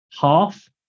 half